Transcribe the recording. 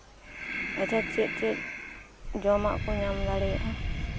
ᱟᱪᱪᱷᱟ ᱪᱮᱫ ᱪᱮᱫ ᱡᱚᱢᱟᱜ ᱠᱚ ᱧᱟᱢ ᱫᱟᱲᱮᱭᱟᱜᱼᱟ